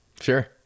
sure